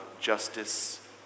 justice